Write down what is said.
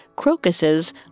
crocuses